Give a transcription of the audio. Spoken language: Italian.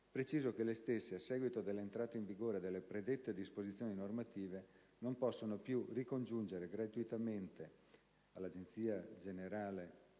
preciso che le stesse, a seguito dell'entrata in vigore delle predette disposizioni normative, non possono più ricongiungere gratuitamente all'Assicurazione generale